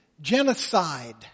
genocide